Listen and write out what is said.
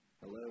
Hello